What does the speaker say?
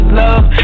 love